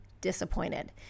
disappointed